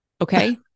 Okay